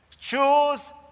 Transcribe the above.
Choose